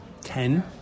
ten